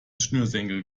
schnürsenkel